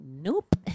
nope